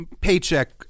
paycheck